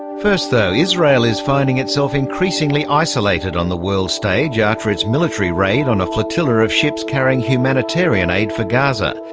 first though, israel is finding itself increasingly isolated on the world stage after its military raid on a flotilla of ships carrying humanitarian aid for gaza.